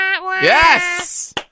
Yes